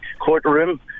courtroom